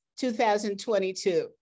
2022